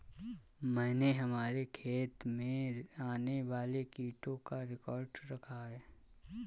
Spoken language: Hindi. मैंने हमारे खेत में आने वाले कीटों का रिकॉर्ड रखा है